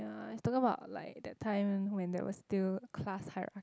ya it's talking about like that time when there was still class hierarc~